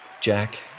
Jack